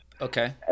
Okay